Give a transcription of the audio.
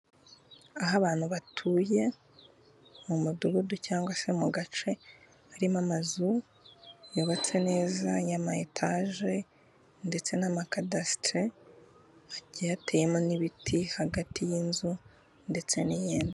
Aho abantu batuye mu mudugudu cyangwa se mu gace harimo amazu yubatswe neza y'ama etaje ndetse n'amakadasitire, hagiye hateyemo n'ibiti hagati y'inzu ndetse n'iyindi.